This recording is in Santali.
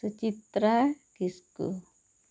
ᱥᱩᱪᱤᱛᱨᱟ ᱠᱤᱥᱠᱩ